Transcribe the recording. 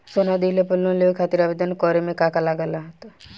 सोना दिहले पर लोन लेवे खातिर आवेदन करे म का का लगा तऽ?